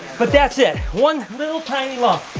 but that's it. one little tiny lump.